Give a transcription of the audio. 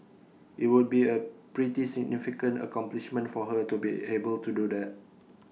IT would be A pretty significant accomplishment for her to be able to do that